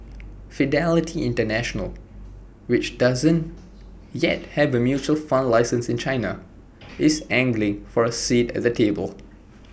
fidelity International which doesn't yet have A mutual fund license in China is angling for A seat at the table